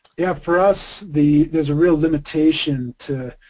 yeah for us the, there's a real limitation to,